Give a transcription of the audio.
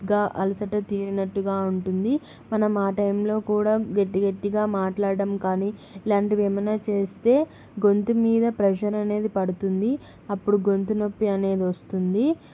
గా అలసట తీరినట్టుగా ఉంటుంది మనం ఆ టైంలో కూడా గట్టి గట్టిగా మాట్లాడ్డం కానీ ఇలాంటివి ఏమైనా చేస్తే గొంతు మీద ప్రెషర్ అనేది పడుతుంది అప్పుడు గొంతు నొప్పి అనేది వస్తుంది